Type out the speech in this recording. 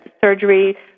surgery